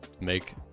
make